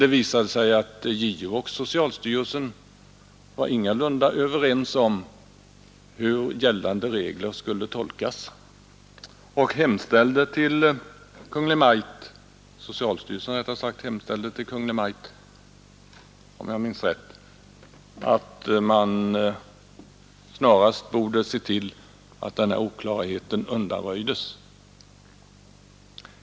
Det visade sig att JO och socialstyrelsen ingalunda var överens om hur gällande regler skulle tolkas; socialstyrelsen hemställde till Kungl. Maj:t, om jag minns rätt, att man snarast skulle se till att denna oklarhet undanröjdes.